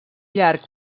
llarg